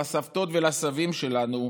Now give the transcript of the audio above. לסבתות ולסבים שלנו,